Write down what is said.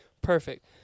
Perfect